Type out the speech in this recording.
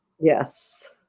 yes